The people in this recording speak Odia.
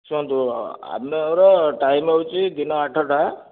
ଶୁଣନ୍ତୁ ଆମର ଟାଇମ୍ ହେଉଛି ଦିନ ଆଠଟା